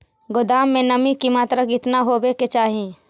गोदाम मे नमी की मात्रा कितना होबे के चाही?